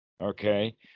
Okay